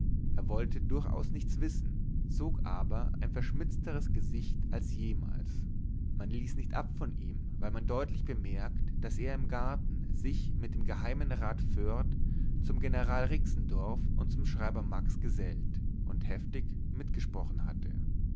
er wollte durchaus nichts wissen zog aber ein verschmitzteres gesicht als jemals man ließ nicht ab von ihm weil man deutlich bemerkt daß er im garten sich mit dem geheimen rat foerd zum general rixendorf und zum schreiber max gesellt und heftig mitgesprochen hatte